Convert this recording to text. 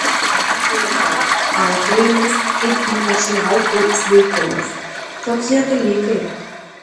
aplinka auklėjimas ir ypač liaukų sveikumas tokie dalykai